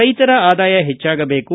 ರೈತರ ಆದಾಯ ಹೆಚ್ಚಾಗಬೇಕು